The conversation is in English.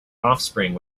offspring